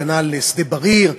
כנ"ל שדה-בריר.